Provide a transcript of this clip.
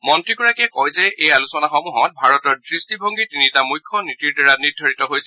মন্ত্ৰীগৰাকীয়ে কয় যে এই আলোচনাসমূহত ভাৰতৰ দৃষ্টিভংগী তিনিটা মুখ্য নীতিৰ দ্বাৰা নিৰ্ধাৰিত হৈছিল